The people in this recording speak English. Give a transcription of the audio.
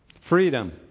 Freedom